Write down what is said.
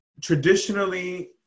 traditionally